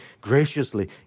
graciously